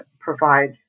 provide